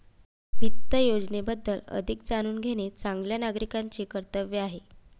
वित्त योजनेबद्दल अधिक जाणून घेणे चांगल्या नागरिकाचे कर्तव्य आहे